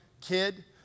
kid